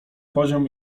poziom